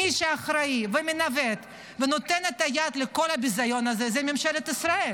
מי שאחראי ומנווט ונותן יד לכל הביזיון הזה זה ממשלת ישראל